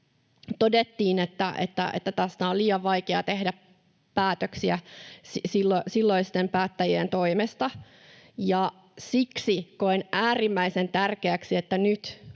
todettiin, että tästä oli liian vaikeaa tehdä päätöksiä silloisten päättäjien toimesta. Siksi koen äärimmäisen tärkeäksi, että nyt